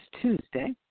Tuesday